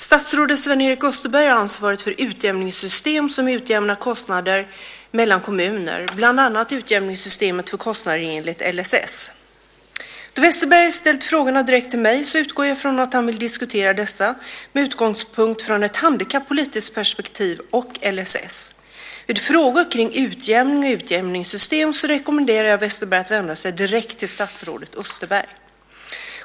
Statsrådet Sven-Erik Österberg har ansvaret för utjämningssystem som utjämnar kostnader mellan kommuner, bland annat utjämningssystemet för kostnader enligt LSS. Då Westerberg ställt frågorna direkt till mig utgår jag från att han vill diskutera dessa med utgångspunkt från ett handikappolitiskt perspektiv och LSS. Vid frågor kring utjämning och utjämningssystem rekommenderar jag Westerberg att vända sig direkt till statsrådet Österberg.